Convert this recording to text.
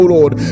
Lord